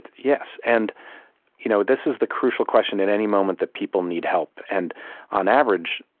yes, and you know this is the crucial question at any moment that people need help. and on average,